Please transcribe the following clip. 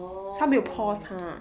orh